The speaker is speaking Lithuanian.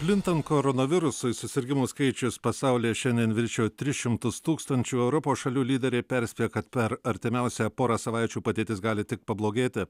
plintant koronavirusui susirgimų skaičius pasaulyje šiandien viršijo tris šimtus tūkstančių europos šalių lyderiai perspėja kad per artimiausią porą savaičių padėtis gali tik pablogėti